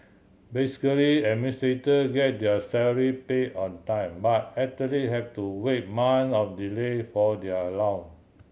basically administrator get their salary pay on time but athlete have to wait months of delay for their allow